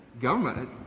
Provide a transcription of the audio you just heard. Government